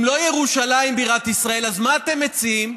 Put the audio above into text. אם לא ירושלים בירת ישראל, אז מה אתם מציעים?